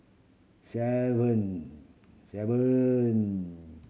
seven seven